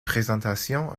présentation